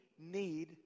need